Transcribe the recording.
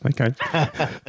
Okay